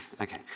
okay